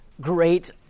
great